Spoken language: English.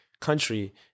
country